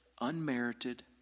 Unmerited